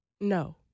No